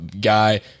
guy